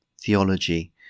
theology